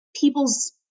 people's